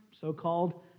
so-called